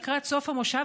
לקראת סוף המושב,